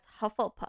Hufflepuff